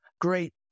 great